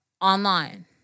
online